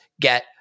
get